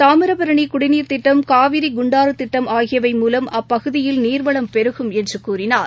தாமிரபரனிகுடிநீர் திட்டம் காவிரி குண்டாறுதிட்டம் ஆகியவை மூலம் அப்பகுதியில் நீர்வளம் பெருகும் என்றுகூறினார்